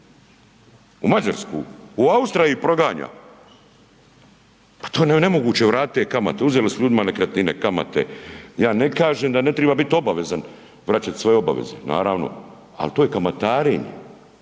u Mađarsku, Austrija ih proganja, pa to je nemoguće vratit te kamate, uzeli su ljudima nekretnine, kamate, ja ne kažem da ne triba bit obavezan, vraćat svoje obaveze, naravno, al to je kamatarenje,